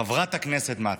חברת הכנסת מטי,